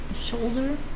shoulder